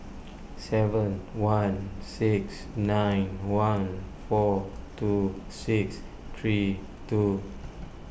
seven one six nine one four two six three two